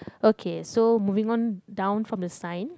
okay so moving on down from the sign